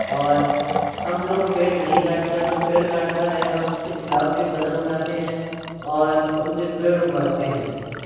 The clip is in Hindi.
और हम लोग पेड़ नहीं काटते जो पेड़ काटता है हम उसके ख़िलाफ़ भी कदम उठाते हैं और उनसे पेड़ उगवाते हैं